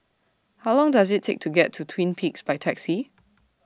How Long Does IT Take to get to Twin Peaks By Taxi